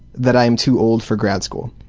that i'm too old for grad school.